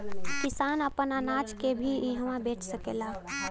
किसान आपन अनाज के भी इहवां बेच सकेलन